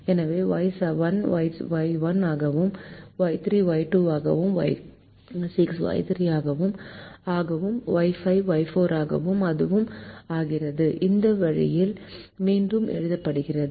எனவே Y7 Y1 ஆகவும் Y3 Y2 ஆகவும் Y6 Y3 ஆகவும் Y5 Y4 ஆகவும் அதுவும் ஆகிறது இந்த வழியில் மீண்டும் எழுதப்பட்டது